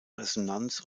resonanz